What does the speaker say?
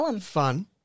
fun